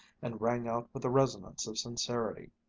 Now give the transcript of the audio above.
and rang out with the resonance of sincerity.